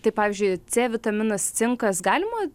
tai pavyzdžiui c vitaminas cinkas galima